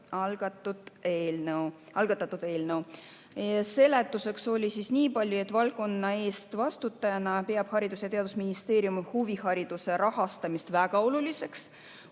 algatatud eelnõu. Seletuseks öeldi niipalju, et valdkonna eest vastutajana peab Haridus‑ ja Teadusministeerium huvihariduse rahastamist väga oluliseks,